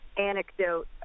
anecdote